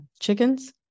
chickens